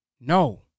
No